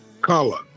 color